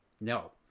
No